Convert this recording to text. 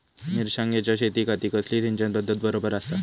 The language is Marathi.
मिर्षागेंच्या शेतीखाती कसली सिंचन पध्दत बरोबर आसा?